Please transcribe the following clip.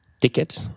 ticket